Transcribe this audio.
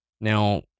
Now